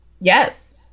Yes